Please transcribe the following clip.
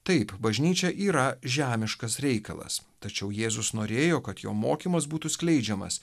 taip bažnyčia yra žemiškas reikalas tačiau jėzus norėjo kad jo mokymas būtų skleidžiamas